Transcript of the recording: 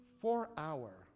Four-hour